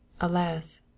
Alas